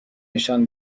نشان